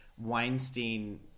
Weinstein